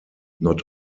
not